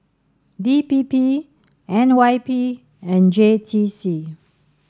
D P P N Y P and J T C